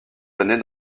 années